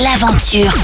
L'aventure